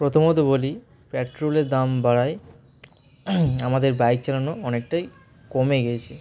প্রথমত বলি পেট্রোলের দাম বাড়ায় আমাদের বাইক চালানো অনেকটাই কমে গিয়েছে